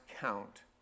count